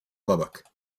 lubbock